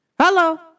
Hello